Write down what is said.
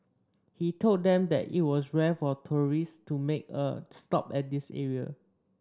he told them that it was rare for tourists to make a stop at this area